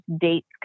dates